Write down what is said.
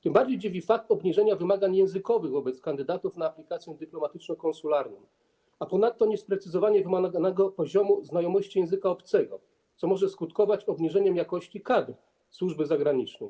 Tym bardziej dziwi fakt obniżenia wymagań językowych wobec kandydatów na aplikację dyplomatyczno-konsularną, a ponadto niesprecyzowanie wymaganego poziomu znajomości języka obcego, co może skutkować obniżeniem jakości, jeśli chodzi o kadry służby zagranicznej.